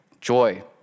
joy